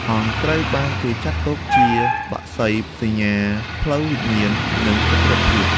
ហង្ស ត្រូវបានគេចាត់ទុកជាបក្សីសញ្ញាផ្លូវវិញ្ញាណ និងសុចរិតភាព។